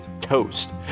toast